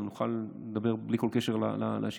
גם נוכל לדבר בלי כל קשר לשאילתה.